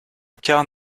quart